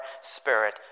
spirit